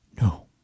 no